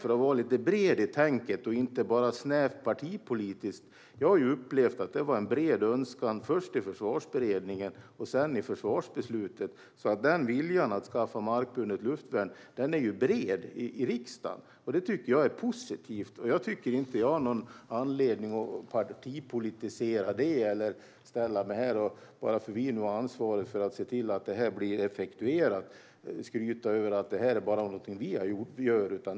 För att vara lite bred i tänket och inte bara vara snävt partipolitisk kan jag säga att jag upplevde att det fanns en bred önskan först i Försvarsberedningen och sedan i försvarsbeslutet. Viljan att skaffa markburet luftvärn är bred i riksdagen, och det tycker jag är positivt. Jag har ingen anledning att partipolitisera eller stå här och skryta över att detta är något som bara vi gör, bara för att det är vi som nu har ansvaret för att se till att detta blir effektuerat.